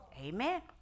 Amen